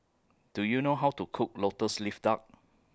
Do YOU know How to Cook Lotus Leaf Duck